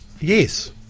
Yes